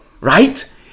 right